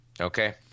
Okay